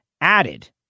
added